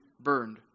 burned